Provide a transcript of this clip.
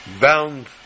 bound